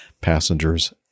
passengers